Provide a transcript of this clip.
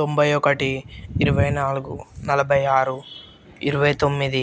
తొంభై ఒకటి ఇరవై నాలుగు నలభై ఆరు ఇరవై తొమ్మిది